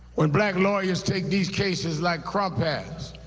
when black lawyers take these cases like crump has,